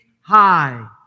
high